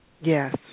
Yes